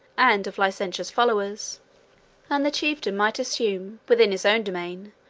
and of licentious followers and the chieftain might assume, within his own domain,